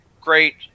Great